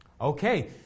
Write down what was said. Okay